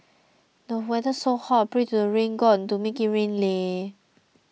the weather's so hot pray to the rain god to make it rain leh